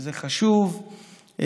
זה חשוב,